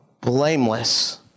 blameless